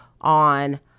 on